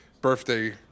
birthday